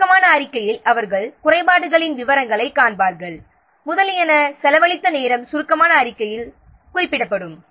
சுருக்கமான அறிக்கையில் அவர்கள் குறைபாடுகளின் விவரங்களைக் காண்பார்கள் முதலியன செலவழித்த நேரம் சுருக்கமான அறிக்கையில் குறிப்பிடப்படும்